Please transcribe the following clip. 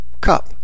cup